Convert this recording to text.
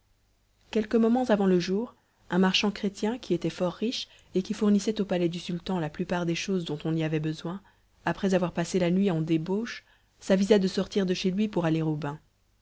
quelques moments avant le jour un marchand chrétien qui était fort riche et qui fournissait au palais du sultan la plupart des choses dont on y avait besoin après avoir passé la nuit en débauche s'avisa de sortir de chez lui pour aller au bain